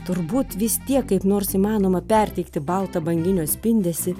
turbūt vis tiek kaip nors įmanoma perteikti baltą banginio spindesį